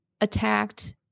attacked